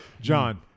John